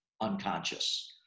unconscious